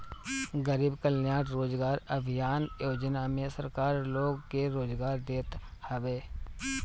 गरीब कल्याण रोजगार अभियान योजना में सरकार लोग के रोजगार देत हवे